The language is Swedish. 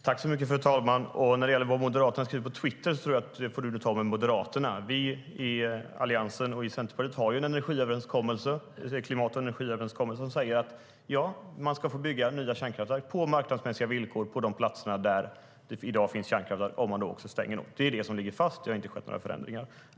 Fru talman! Vad Moderaterna skrivit på Twitter får du ta med Moderaterna. Vi i Alliansen och Centerpartiet har en klimat och energiöverenskommelse som säger att man ska få bygga nya kärnkraftverk på marknadsmässiga villkor på de platser där det i dag finns kärnkraft om man också stänger något. Det är det som ligger fast, och det har inte skett några förändringar.